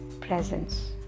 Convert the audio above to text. presence